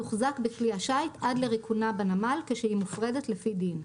תוחזק בכלי השיט עד לריקונה בנמל כשהיא מופרדת לפי דין.